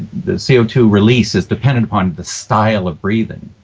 c o two release is dependent upon the style of breathing.